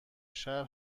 شهر